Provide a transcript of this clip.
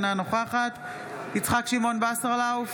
אינה נוכחת יצחק שמעון וסרלאוף,